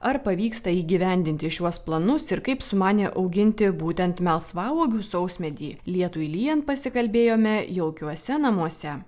ar pavyksta įgyvendinti šiuos planus ir kaip sumanė auginti būtent melsvauogių sausmedį lietui lyjant pasikalbėjome jaukiuose namuose